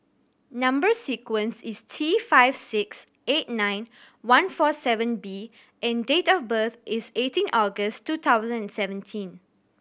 number sequence is T five six eight nine one four seven B and date of birth is eighteen August two thousand and seventeen